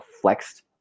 flexed